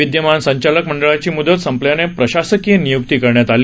विद्यमान संचालक मंडळाची मुदत संपल्याने प्रशासकाची नियुक्ती करण्यात आली